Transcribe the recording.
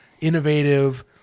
innovative